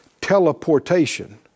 teleportation